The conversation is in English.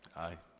aye.